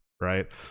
right